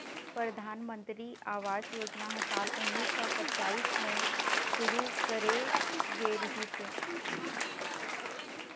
परधानमंतरी आवास योजना ह साल उन्नीस सौ पच्चाइस म शुरू करे गे रिहिस हे